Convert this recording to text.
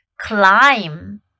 climb